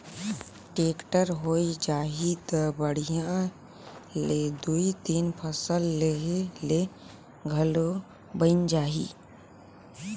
tractor होए जाही त बड़िहा ले दुइ तीन फसल लेहे ले घलो बइन जाही